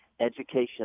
Education